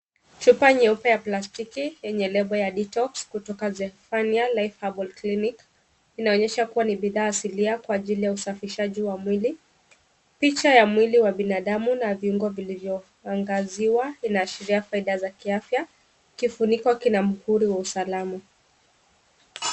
Chupa nyeupe ya plastiki yenye nembo ya Detox kutoka Zephaniah Live Herbal Clinic, inaonyesha kuwa ni bidhaa asilia kwa ajili ya usafishaji wa mwili. Picha ya mwili wa binadamu na viungo vilivyoangaziwa inaashiria faida za kiafya. Kifuniko kina muhuri wa usalama.